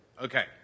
Okay